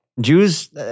Jews